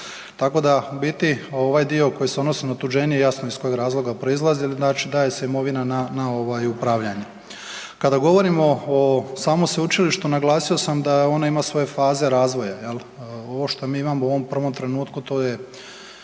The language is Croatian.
Tako da ubiti ovaj dio koji se odnosi na otuđenje jasno iz kojih razloga proizlazi jer znači daje se imovina na, na ovaj upravljanje. Kada govorimo o samom sveučilištu naglasio sam da ona ima svoje faze razvoja, jel. Ovo što mi imamo u ovom prvom trenutku to je